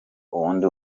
ubundi